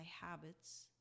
habits